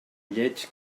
lleig